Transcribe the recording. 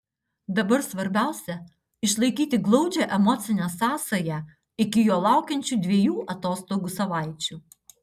dabar svarbiausia išlaikyti glaudžią emocinę sąsają iki jo laukiančių dviejų atostogų savaičių